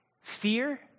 fear